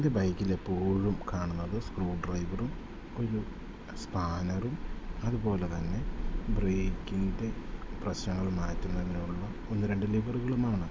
എൻ്റെ ബൈക്കിലെപ്പോഴും കാണുന്നത് സ്ക്രൂ ഡ്രൈവറും ഒരു സ്പാനറും അതു പോലെ തന്നെ ബ്രേക്കിൻ്റെ പ്രശ്നങ്ങൾ മാറ്റുന്നതിനുള്ള ഒന്നു രണ്ടു ലിവറുകളുമാണ്